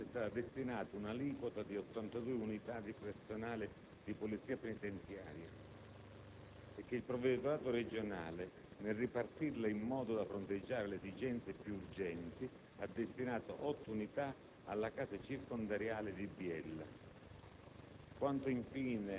Alla Regione Piemonte è stata destinata un'aliquota di 82 unità di personale di Polizia penitenziaria; il provveditorato regionale, nel ripartirla in modo da fronteggiare le esigenze più urgenti, ha destinato otto unità alla Casa circondariale di Biella.